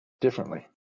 differently